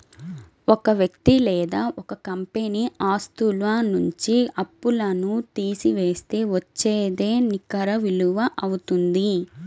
ఒక వ్యక్తి లేదా ఒక కంపెనీ ఆస్తుల నుంచి అప్పులను తీసివేస్తే వచ్చేదే నికర విలువ అవుతుంది